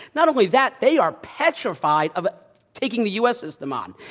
not only that, they are petrified of taking the u. s. system on.